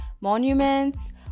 monuments